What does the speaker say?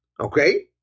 Okay